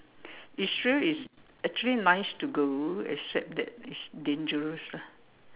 Israel is actually nice to go except that it's dangerous lah